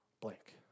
blank